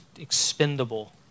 expendable